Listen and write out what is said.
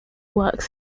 works